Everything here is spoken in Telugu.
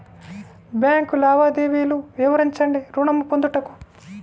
బ్యాంకు లావాదేవీలు వివరించండి ఋణము పొందుటకు?